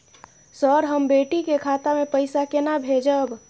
Sir, हम बेटी के खाता मे पैसा केना भेजब?